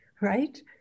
right